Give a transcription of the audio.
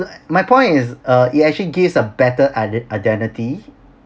no my point is uh it actually gives a better ide~ identity